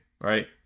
right